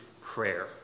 prayer